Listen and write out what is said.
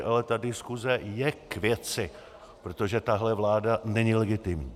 Ale ta diskuse je k věci, protože tahle vláda není legitimní.